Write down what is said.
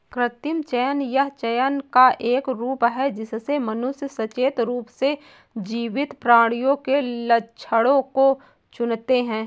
कृत्रिम चयन यह चयन का एक रूप है जिससे मनुष्य सचेत रूप से जीवित प्राणियों के लक्षणों को चुनते है